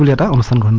yeah thousand